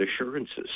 assurances